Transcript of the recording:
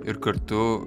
ir kartu